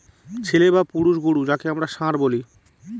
ছেলে বা পুরুষ গোরু যাকে আমরা ষাঁড় বলি